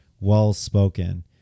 well-spoken